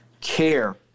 care